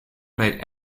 played